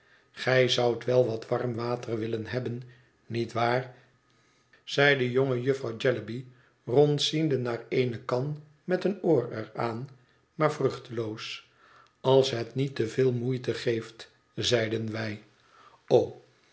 gij zoudt wel wat warm water willen hebben niet waar zeide jonge jufvrouw jellyby rondziende naar eene kan met een oor er aan maar vnichteloos als het niet te veel moeite geeft zeiden wij o